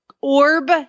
orb